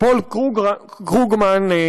פול קרוגמן,